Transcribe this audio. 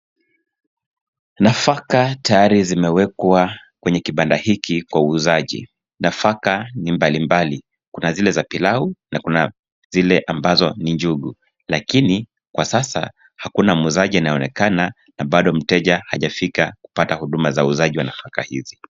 Nafaka tayari zimewekwa kwenye kibanda hiki kwa uuzaji. Nafaka ni mbalimbali, kuna zile za pilau na kuna zile ambazo ni njugu lakini kwa sasa hakuna muuzaji anayeonekana na bado mteja hajafika kupata huduma wa uuzaji wa nafaka hizi.